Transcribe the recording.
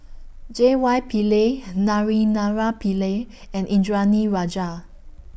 J Y Pillay Naraina Pillai and Indranee Rajah